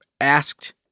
asked